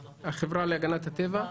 שלום.